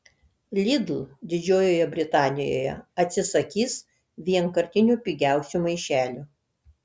lidl didžiojoje britanijoje atsisakys vienkartinių pigiausių maišelių